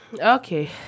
Okay